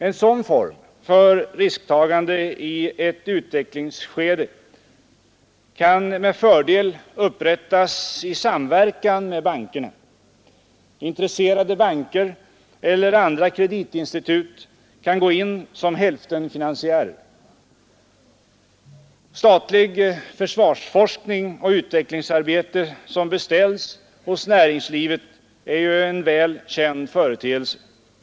En sådan form för risktagande i ett utvecklingsskede kan med fördel upprättas i samverkan med bankerna. Intresserade banker eller andra kreditinstitut kan gå in som hälftenfinansiärer. Statligt försvarsforskningsoch utvecklingsarbete som beställs hos näringslivet är ju en välkänd företeelse.